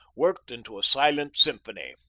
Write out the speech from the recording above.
worked into a silent symphony.